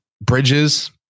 bridges